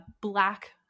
black